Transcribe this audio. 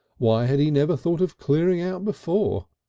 why had he never thought of clearing out before?